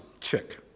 chick